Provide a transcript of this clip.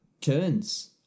turns